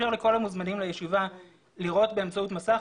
המוזמנים לישיבה לראות באמצעות מסך,